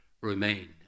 remain